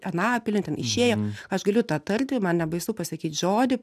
anapilin ten išėjo aš galiu tą tarti man nebaisu pasakyt žodį